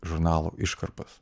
žurnalų iškarpas